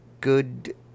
good